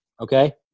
okay